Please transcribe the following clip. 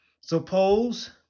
Suppose